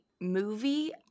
movie